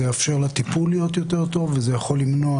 זה יאפשר לטיפול להיות יותר טוב וזה יכול למנוע